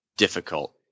Difficult